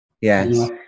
Yes